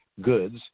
goods